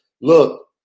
Look